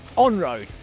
on-road,